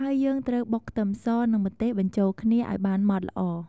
ហើយយើងត្រូវបុកខ្ទឹមស និងម្ទេសបញ្ចូលគ្នាឱ្យបានម៉ដ្ឋល្អ។